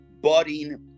budding